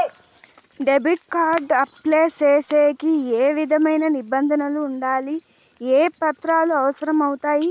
Debit card apply సేసేకి ఏ విధమైన నిబంధనలు ఉండాయి? ఏ పత్రాలు అవసరం అవుతాయి?